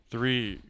Three